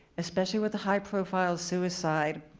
especially with a high-profile suicide,